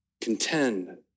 Contend